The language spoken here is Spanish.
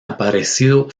aparecido